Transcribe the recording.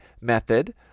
method